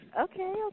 Okay